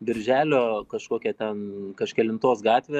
birželio kažkokią ten kažkelintos gatvė